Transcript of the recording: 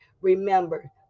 Remember